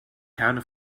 herne